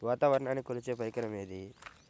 వాతావరణాన్ని కొలిచే పరికరం ఏది?